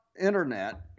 internet